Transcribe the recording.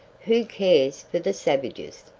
who cares for the savages?